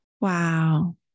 Wow